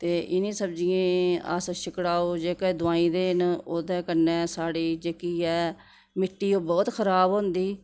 ते इनें सब्ज़ियें अस छिक्ड़ाऊ जेह्के दुआई दे न ओह्दे कन्नै साढ़ी जेह्की ऐ मिट्टी ओह् बोह्त खराब होंदी